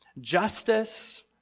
Justice